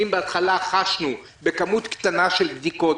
אם בהתחלה חשנו בכמות קטנה של בדיקות,